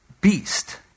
beast